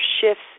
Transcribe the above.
shifts